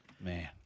man